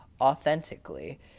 authentically